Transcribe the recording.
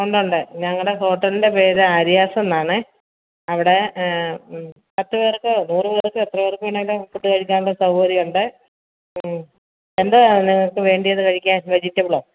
ഉണ്ട് ഉണ്ട് ഞങ്ങളുടെ ഹോട്ടലിന്റെ പേര് ആര്യാസ് എന്നാണ് അവിടെ പത്ത് പേർക്ക് നൂറ് പേർക്ക് എത്ര പേർക്ക് വേണമെങ്കിലും ഫുഡ് കഴിക്കാനുള്ള സൗകര്യം ഉണ്ട് എന്തുവാണ് നിങ്ങൾക്ക് വേണ്ടിയത് കഴിക്കാൻ വെജിറ്റബിളോ